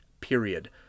period